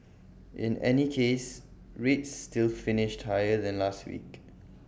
in any case rates still finished higher than last week